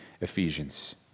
Ephesians